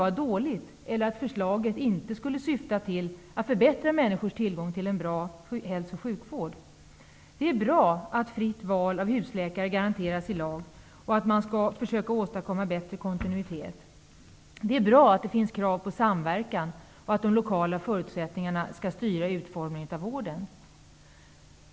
Inte heller tror jag förslaget skulle syfta till att förbättra människors tillgång till en bra hälso och sjukvård. Det är bra att fritt val av husläkare skall garanteras i lag och att det skall bli en bättre kontinuitet. Det är bra att det finns krav på samverkan och att de lokala förutsättningarna skall styra utformningen av vården.